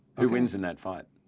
who wins in that fight?